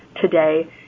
today